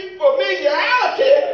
familiarity